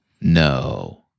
No